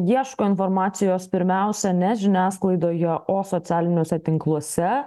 ieško informacijos pirmiausia ne žiniasklaidoje o socialiniuose tinkluose